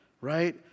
right